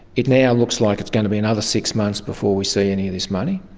it now looks like it's going to be another six months before we see any of this money.